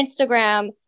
Instagram